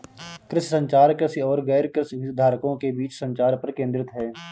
कृषि संचार, कृषि और गैरकृषि हितधारकों के बीच संचार पर केंद्रित है